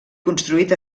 construït